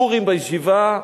פורים בישיבה,